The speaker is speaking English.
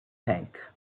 tank